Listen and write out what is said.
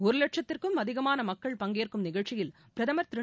ஒரு வட்சத்திற்கும் அதிகமான மக்கள் பங்கேற்கும் நிகழ்ச்சியில் பிரதமா் திரு